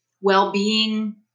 well-being